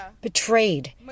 betrayed